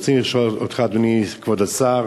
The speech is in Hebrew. רצוני לשאול אותך, אדוני כבוד השר: